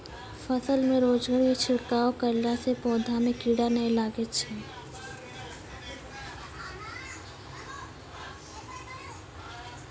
फसल मे रोगऽर के छिड़काव करला से पौधा मे कीड़ा नैय लागै छै?